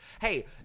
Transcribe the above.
hey